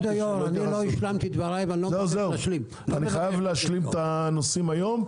אנחנו רוצים להתחיל עם נושא 32,